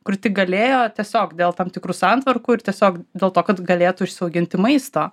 kur tik galėjo tiesiog dėl tam tikrų santvarkų ir tiesiog dėl to kad galėtų užsiauginti maisto